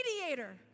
mediator